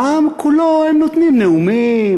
לעם כולו הם נותנים נאומים,